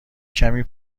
کمی